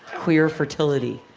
queer fertility.